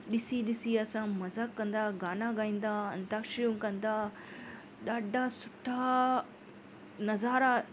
ॾिसी ॾिसी असां मज़ा कंदा गाना गाईंदा अंताक्षरियूं कंदा ॾाढा सुठा नज़ारा